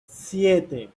siete